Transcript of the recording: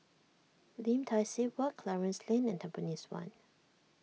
Lim Tai See Walk Clarence Lane and Tampines one